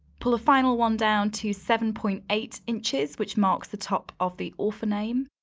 pull a final one down to seven point eight inches which marks the top of the author name.